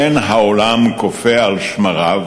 אין העולם קופא על שמריו